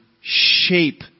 shape